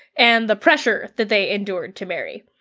and the pressure that they endured to marry.